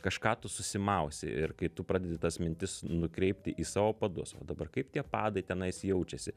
kažką tu susimausi ir kai tu pradedi tas mintis nukreipti į savo padus o dabar kaip tie padai tenais jaučiasi